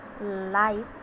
life